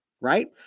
right